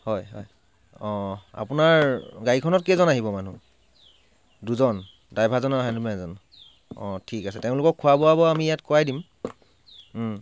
হয় হয় অঁ আপোনাৰ গাড়ীখনত কেইজন আহিব মানুহ দুজন ড্ৰাইভাৰজন আৰু হেণ্ডিমেনজন অঁ তেওঁলোকক খোৱা বোৱাবোৰ বাৰু আমি ইয়াত কৰাই দিম